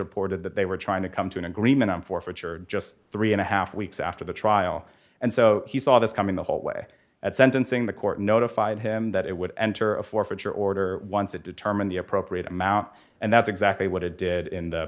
reported that they were trying to come to an agreement on forfeiture just three and a half weeks after the trial and so he saw this coming the whole way at sentencing the court notified him that it would enter a forfeiture order once it determined the appropriate amount and that's exactly what it did in the